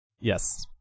Yes